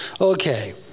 Okay